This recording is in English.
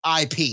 IP